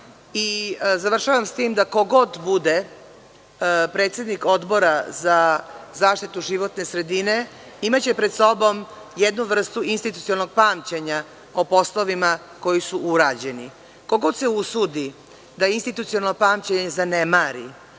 odbora. Završavam sa tim da, ko god bude predsednik Odbora za zaštitu životne sredine, imaće pred sobom jednu vrstu institucionalnog pamćenja o poslovima koji su urađeni. Ko god se usudi da institucionalno pamćenje zanemari,